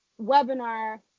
webinar